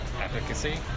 efficacy